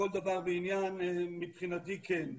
לכל דבר ועניין, מבחינתי כן.